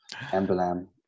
ambulance